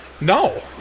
No